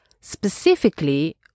specifically